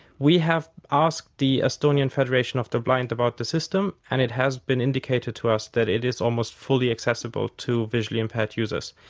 we have asked the estonian federation of the blind about the system and it has been indicated to us that it is almost fully accessible to visually impaired users,